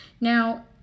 Now